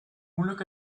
moeilijk